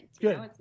Good